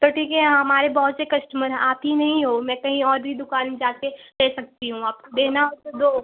तो ठीक है हमारे बहुत से कश्टमर हैं आप ही नहीं हो मैं कहीं और भी दुकान जा कर ले सकती हूँ आप देना हो तो दो